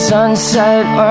Sunset